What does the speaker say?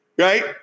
Right